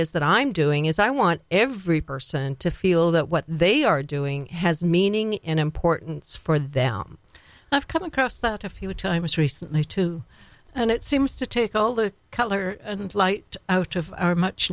is that i'm doing is i want every person to feel that what they are doing has meaning and importance for them i've come across that a few times recently too and it seems to take all the color and light out of our much